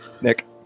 Nick